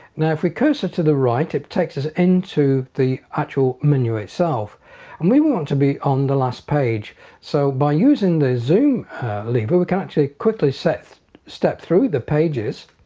now if we cursor to the right it takes us into the actual menu itself and we want to be on the last page so by using the zoom lever we can actually quickly set step through the pages